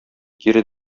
кире